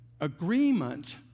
agreement